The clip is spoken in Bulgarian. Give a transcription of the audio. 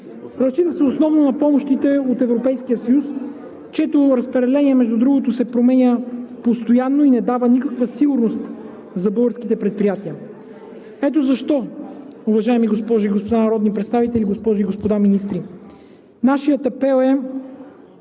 Разчита се основно на помощите от Европейския съюз, чието разпределение, между другото, се променя постоянно и не дава никаква сигурност за българските предприятия. Ето защо, уважаеми госпожи и господа народни представители, госпожи и господа министри, още веднъж нашият апел е